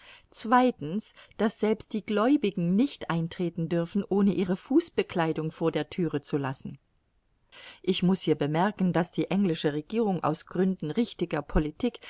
zweitens daß selbst die gläubigen nicht eintreten dürfen ohne ihre fußbekleidung vor der thüre zu lassen ich muß hier bemerken daß die englische regierung aus gründen richtiger politik